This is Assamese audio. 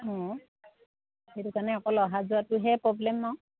অঁ সেইটো কাৰণে অকল অহা যোৱাটোহে প্ৰব্লেম ন